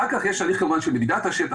אחר כך יש הליך של מדידת השטח,